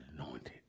anointed